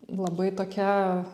labai tokia